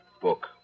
book